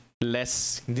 less